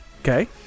Okay